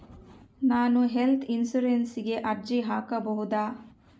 ನಾನು ಹೆಲ್ತ್ ಇನ್ಶೂರೆನ್ಸಿಗೆ ಅರ್ಜಿ ಹಾಕಬಹುದಾ?